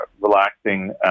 relaxing